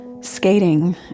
skating